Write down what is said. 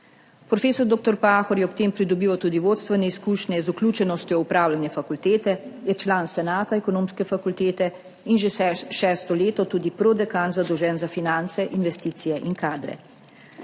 Profesor dr. Pahor je ob tem pridobival tudi vodstvene izkušnje z vključenostjo v upravljanje fakultete, je član senata Ekonomske fakultete in že šesto leto tudi prodekan, zadolžen za finance, investicije in kadre.